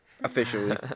officially